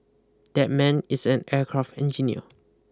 that man is an aircraft engineer